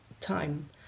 time